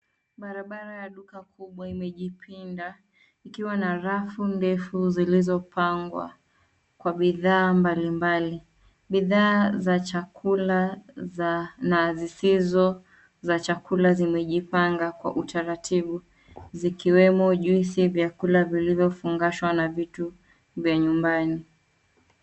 Barabara ya duka kubwa imejipinda ikiwa na rafu ndefu zilizopangwa kwa bidhaa mbalimbali. Bidhaa za chakula na zisizo za chakula zimejipanga kwa utaratibu zikiwemo juisi na vyakula vilivyofungashwa na vitu vya nyumbani.